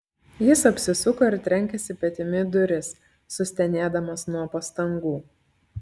jis apsisuko ir trenkėsi petimi į duris sustenėdamas nuo pastangų